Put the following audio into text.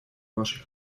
вашей